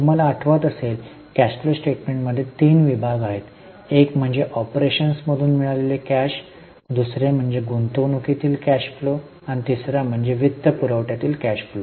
तुम्हाला आठवत असेल कॅश फ्लो स्टेटमेंटमध्ये तीन विभाग आहेत हे एक म्हणजे ऑपरेशन्समधून मिळालेले कॅश पैसे दुसरे म्हणजे गुंतवणूकीतील कॅश फ्लो आणि तिसरे म्हणजे वित्तपुरवठ्यावरील कॅश फ्लो